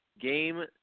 Game